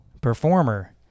performer